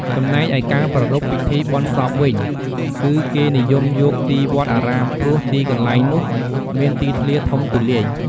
ចំណេកឯការប្រារព្វពិធីបុណ្យសពវិញ គឺគេនិយមយកទីវត្តអារាមព្រោះទីកន្លែងនុះមានទីធ្លាធំទូលាយ។